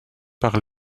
par